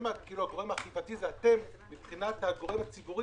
גורם האכיפה זה אתם, מבחינת הגורם הציבורי